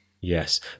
Yes